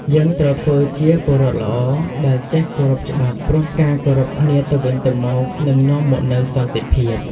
យើងត្រូវធ្វើជាពលរដ្ឋល្អដែលចេះគោរពច្បាប់ ព្រោះការគោរពគ្នាទៅវិញទៅមកនឹងនាំមកនូវសន្តិភាព។